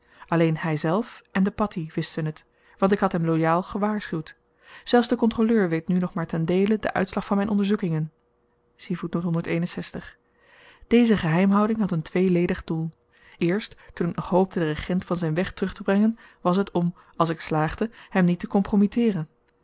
alleen hyzelf en de patteh wisten het want ik had hem loyaal gewaarschuwd zelfs de kontroleur weet nu nog maar ten deele den uitslag van myn onderzoekingen deze geheimhouding had een tweeledig doel eerst toen ik nog hoopte den regent van zyn weg terugtebrengen was het om àls ik slaagde hem niet te